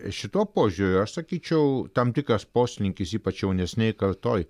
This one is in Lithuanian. šituo požiūriu aš sakyčiau tam tikras poslinkis ypač jaunesnėj kartoj